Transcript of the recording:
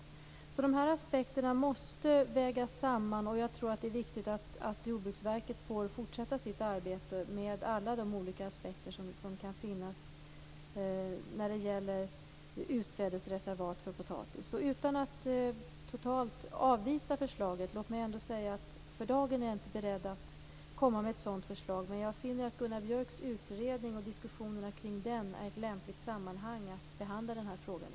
Alla dessa aspekter måste vägas samman, och det är viktigt att Jordbruksverket får fortsätta sitt arbete med alla de olika aspekter som kan finnas när det gäller utsädesreservat för potatis. Utan att totalt avvisa förslaget vill jag ändå säga att jag för dagen inte är beredd att komma med ett sådant förslag. Men jag finner att Gunnar Björks utredning och diskussionerna kring den är ett lämpligt sammanhang att behandla frågan i.